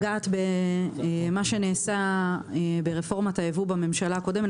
לגעת במה שנעשה ברפורמת הייבוא בממשלה הקודמת,